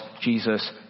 Jesus